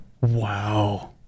Wow